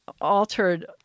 Altered